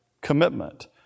commitment